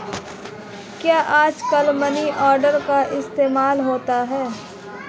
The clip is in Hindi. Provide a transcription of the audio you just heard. क्या आजकल मनी ऑर्डर का इस्तेमाल होता है?